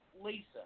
Lisa